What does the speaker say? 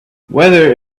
weather